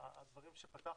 שהדברים שפתחת,